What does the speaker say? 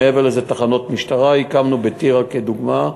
מעבר לזה, תחנות משטרה, הקמנו בטירה לדוגמה,